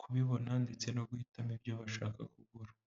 kubibona ndetse no guhitamo ibyo bashaka kugura.